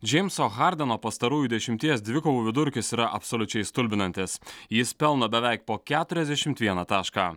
džeimso hardano pastarųjų dešimties dvikovų vidurkis yra absoliučiai stulbinantis jis pelno beveik po keturiasdešimt vieną tašką